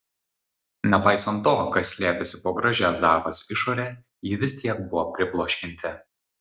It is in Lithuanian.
nepaisant to kas slėpėsi po gražia zaros išore ji vis tiek buvo pribloškianti